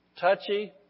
Touchy